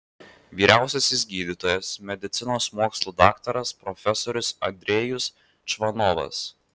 vyriausiasis gydytojas medicinos mokslų daktaras profesorius andrejus čvanovas